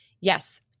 yes